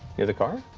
near the car?